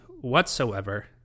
whatsoever